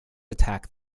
attack